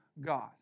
God